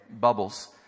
bubbles